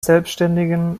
selbstständigen